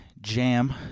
JAM